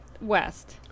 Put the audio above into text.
west